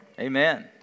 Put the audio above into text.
Amen